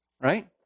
Right